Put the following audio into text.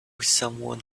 someone